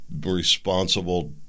responsible